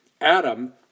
Adam